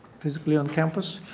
physically on-campus,